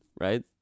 right